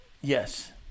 Yes